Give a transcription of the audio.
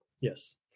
Yes